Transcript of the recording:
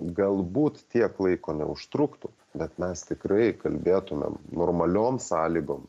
galbūt tiek laiko neužtruktų bet mes tikrai kalbėtumėm normaliom sąlygom